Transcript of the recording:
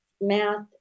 math